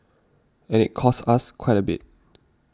and it costs us quite a bit